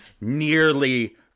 Nearly